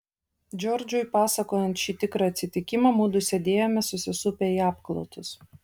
džordžui pasakojant šį tikrą atsitikimą mudu sėdėjome susisupę į apklotus